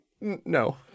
No